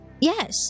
Yes